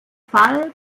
fall